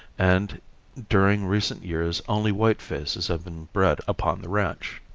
and during recent years only whitefaces have been bred upon the ranch.